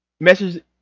Message